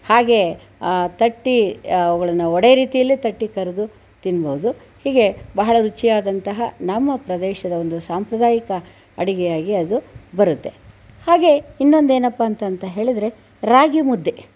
ಹಾಗೆ ತಟ್ಟಿ ಅವುಗಳನ್ನು ವಡೆ ರೀತಿಯಲ್ಲಿ ತಟ್ಟಿ ಕರೆದು ತಿನ್ನಬಹುದು ಹೀಗೆ ಬಹಳ ರುಚಿಯಾದಂತಹ ನಮ್ಮ ಪ್ರದೇಶದ ಒಂದು ಸಾಂಪ್ರದಾಯಿಕ ಅಡುಗೆಯಾಗಿ ಅದು ಬರುತ್ತೆ ಹಾಗೆ ಇನ್ನೊಂದು ಏನಪ್ಪ ಅಂತಂತ ಹೇಳಿದರೆ ರಾಗಿ ಮುದ್ದೆ